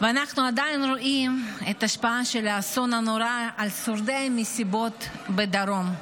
ואנחנו עדיין רואים את ההשפעה של האסון הנורא על שורדי המסיבות בדרום.